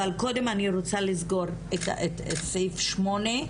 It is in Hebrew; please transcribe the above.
אבל קודם אני רוצה לסגור את סעיף (8),